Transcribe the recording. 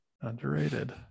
Underrated